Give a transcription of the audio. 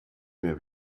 mehr